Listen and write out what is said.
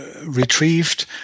retrieved